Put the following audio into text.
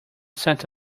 set